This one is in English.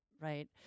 right